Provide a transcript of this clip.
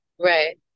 Right